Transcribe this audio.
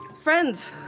Friends